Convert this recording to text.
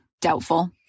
Doubtful